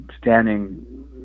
standing